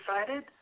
excited